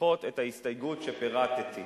ולדחות את ההסתייגות שפירטתי.